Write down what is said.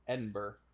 Edinburgh